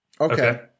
Okay